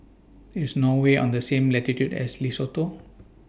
IS Norway on The same latitude as Lesotho